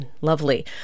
lovely